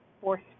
force